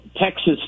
Texas